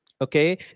Okay